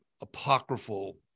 apocryphal